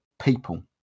people